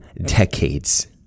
decades